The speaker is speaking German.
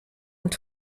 und